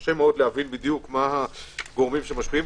קשה להבין מה הגורמים שמשפיעים,